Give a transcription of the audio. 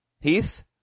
Heath